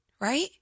right